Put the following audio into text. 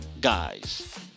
guys